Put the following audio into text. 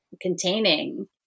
containing